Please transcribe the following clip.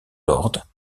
lords